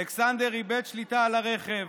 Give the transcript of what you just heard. אלכסנדר איבד שליטה על הרכב,